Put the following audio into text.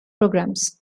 programs